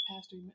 Pastor